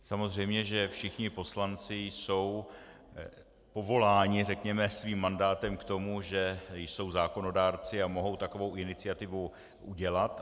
Samozřejmě, že všichni poslanci jsou povoláni, řekněme, svým mandátem k tomu, že jsou zákonodárci a mohou takovou iniciativu udělat.